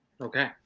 okay